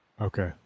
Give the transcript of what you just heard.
Okay